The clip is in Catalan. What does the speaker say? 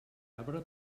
arbre